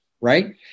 Right